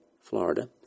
Florida